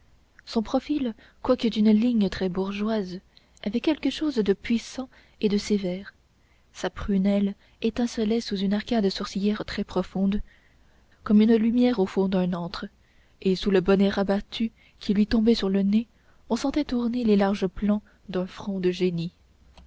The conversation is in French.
son profil quoique d'une ligne très bourgeoise avait quelque chose de puissant et de sévère sa prunelle étincelait sous une arcade sourcilière très profonde comme une lumière au fond d'un antre et sous le bonnet rabattu qui lui tombait sur le nez on sentait tourner les larges plans d'un front de génie